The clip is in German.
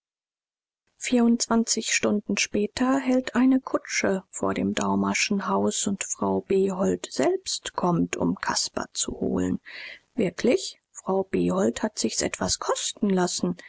vierundzwanzig stunden später hält eine kutsche vor dem daumerschen haus und frau behold selber kommt um caspar zu holen wirklich frau behold hat sich's etwas kosten lassen